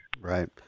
right